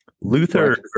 Luther